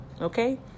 okay